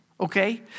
Okay